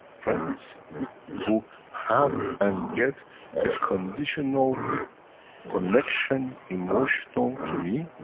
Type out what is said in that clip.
friends who have and get a conditional connection, emotional to me.